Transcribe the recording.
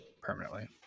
permanently